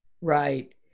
right